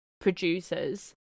producers